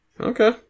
okay